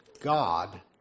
God